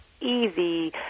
easy